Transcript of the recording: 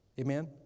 Amen